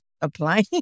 Applying